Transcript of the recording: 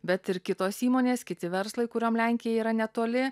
bet ir kitos įmonės kiti verslai kuriom lenkija yra netoli